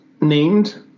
named